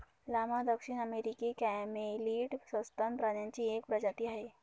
llama दक्षिण अमेरिकी camelid सस्तन प्राण्यांची एक प्रजाती आहे